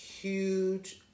huge